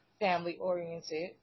family-oriented